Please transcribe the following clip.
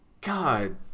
god